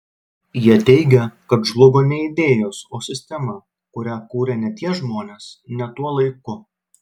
jie teigia kad žlugo ne idėjos o sistema kurią kūrė ne tie žmonės ne tuo laiku